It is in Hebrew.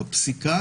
בפסיקה